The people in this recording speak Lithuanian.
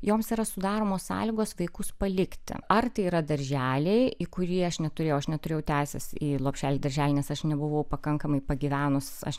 joms yra sudaromos sąlygos vaikus palikti ar tai yra darželiai į kurį aš neturėjau aš neturėjau teisės į lopšelįdarželį nes aš nebuvau pakankamai pagyvenus aš